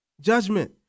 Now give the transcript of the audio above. Judgment